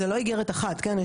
אנחנו מכירים ואני מכירה,